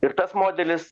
ir tas modelis